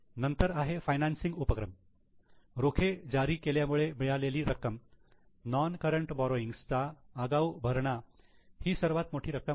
नंतर आहे फायनान्सिंग उपक्रम रोखे जारी केल्यामुळे मिळालेली रक्कम नोन करंट बोरोइंग्स चा आगाऊ भरणा ही सर्वात मोठी रक्कम आहे